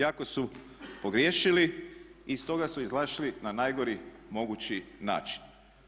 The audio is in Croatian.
Iako su pogriješili iz toga su izašli na najgori mogući način.